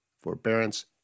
forbearance